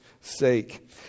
sake